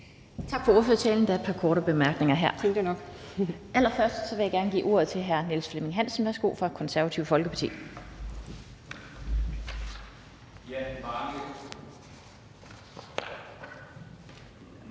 Tak for ordførertalen. Der er et par korte bemærkninger. Allerførst vil jeg gerne give ordet til hr. Niels Flemming Hansen fra Det Konservative Folkeparti.